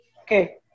Okay